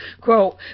quote